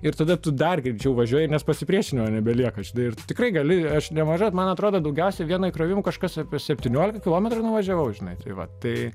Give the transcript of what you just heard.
ir tada tu dar greičiau važiuoji nes pasipriešinimo nebelieka žinai ir tikrai gali aš ne maža man atrodo daugiausia vienu įkrovimu kažkas apie septyniolika kilometrų nuvažiavau žinai tai va tai